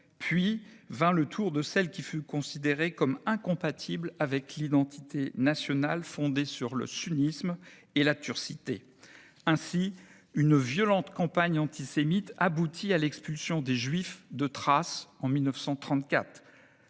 Puis vint le tour de celles qui furent considérées comme incompatibles avec l'identité nationale fondée sur le sunnisme et la turcité. Ainsi, une violente campagne antisémite aboutit à l'expulsion des Juifs de Thrace en 1934.